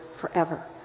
forever